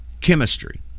chemistry